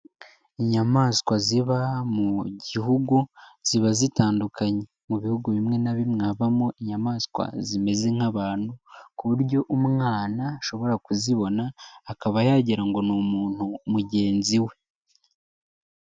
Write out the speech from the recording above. Inyamaswa ziba mu gihugu ziba zitandukanye. Mu bihugu bimwe na bimwe habamo inyamaswa zimeze nk'abantu ku buryo umwana ashobora kuzibona akaba yagira ngo ni umuntu mugenzi we.